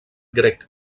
grec